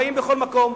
חיים בכל מקום.